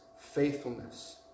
faithfulness